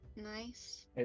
nice